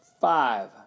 five